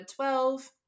12